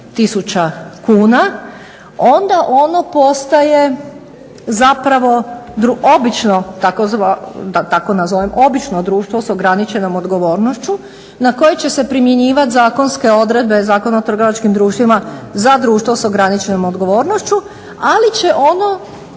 tisuća kuna onda ono postaje zapravo obično, da tako nazovem obično društvo s ograničenom odgovornošću na koje će se primjenjivat zakonske odredbe Zakona o trgovačkim društvima za društvo s ograničenom odgovornošću, ali će ono